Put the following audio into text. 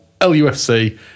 Lufc